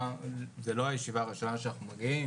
זו לא הישיבה הראשונה שאנחנו מגיעים להשתתף בה,